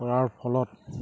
কৰাৰ ফলত